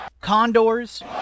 Condors